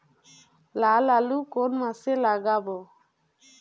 লাল আলু কোন মাসে লাগাব?